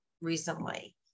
recently